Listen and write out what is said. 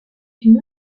une